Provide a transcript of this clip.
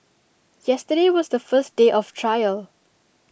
yesterday was the first day of trial